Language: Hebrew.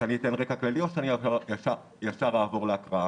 שאתן רקע כללי או אעבור להקראה?